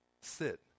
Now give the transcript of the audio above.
sit